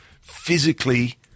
physically